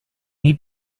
need